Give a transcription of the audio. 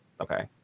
Okay